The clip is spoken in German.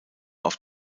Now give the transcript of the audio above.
auf